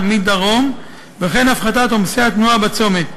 מדרום וכן הפחתת עומסי התנועה בצומת.